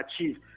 achieve